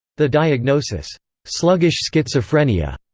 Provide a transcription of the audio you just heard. the diagnosis sluggish schizophrenia,